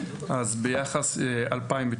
אז ביחס ל-2019,